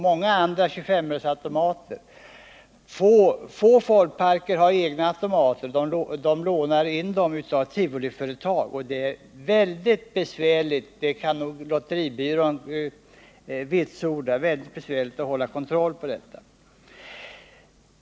Få folkparker har egna automater, utan de lånar in dem från lotteriföretag. Det är mycket besvärligt — det kan lotteribyrån vitsorda — att hålla kontroll på detta.